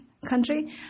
Country